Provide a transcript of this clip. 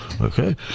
Okay